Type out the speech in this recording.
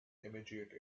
immediate